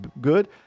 good